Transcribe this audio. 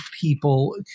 people